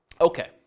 Okay